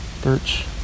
birch